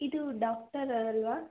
ಇದು ಡಾಕ್ಟರ್ ಅಲ್ಲವಾ